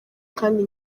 kandi